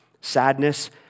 sadness